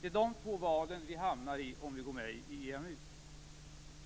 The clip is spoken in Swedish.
Det är en situation med de två valen som vi hamnar i om vi går med i EMU.